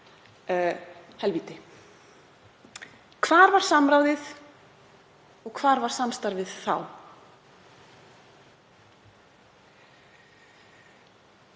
helvíti. Hvar var samráðið og hvar var samstarfið við